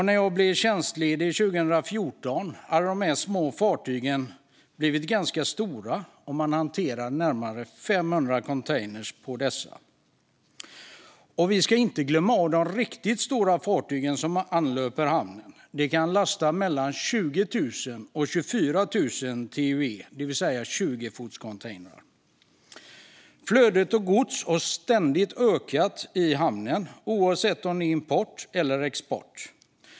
När jag blev tjänstledig 2014 hade de små fartygen blivit ganska stora, och man hanterade närmare 500 containrar på dem. Vi ska inte heller glömma de riktigt stora fartyg som anlöper hamnen och som kan lasta mellan 20 000 och 24 000 TEU, det vill säga 20-fotscontainrar. Flödet av gods i hamnen har ständigt ökat, oavsett om det varit import eller export.